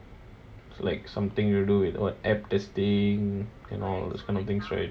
like something you do with what app testing and all this kind of things right